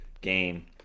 game